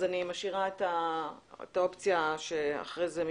אז אני משאירה את האופציה שאחרי זה אם